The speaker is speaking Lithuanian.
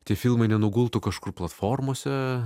tie filmai nenugultų kažkur platformose